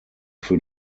für